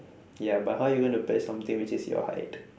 ya but how are you gonna press something which is your height